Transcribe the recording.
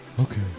Okay